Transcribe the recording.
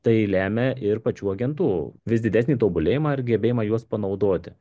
tai lemia ir pačių agentų vis didesnį tobulėjimą ir gebėjimą juos panaudoti